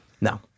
No